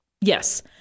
yes